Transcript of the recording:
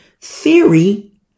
theory